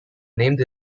named